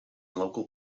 local